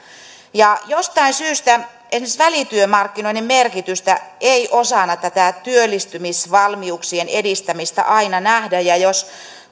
jostain syystä esimerkiksi välityömarkkinoiden merkitystä ei osana tätä työllistymisvalmiuksien edistämistä aina nähdä ja jos